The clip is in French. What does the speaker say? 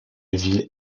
ville